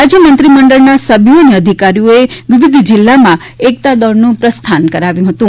રાજ્યમંત્રી મંત્રીમંડળના સભ્યો અને અધિકારીઓએ વિવિધ જિલ્લામાં એકતા દોડનું પ્રસ્થાન કરાવ્યું હતું